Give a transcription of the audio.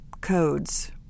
codes